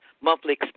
monthly